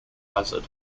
hazard